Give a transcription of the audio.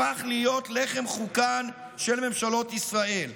הפך להיות לחם חוקן של ממשלות ישראל.